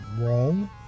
wrong